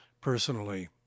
personally